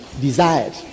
desired